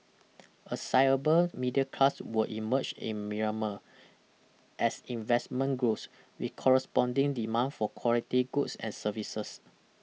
a sizable middle class will emerge in Myanmar as investment grows with corresponding demand for quality goods and services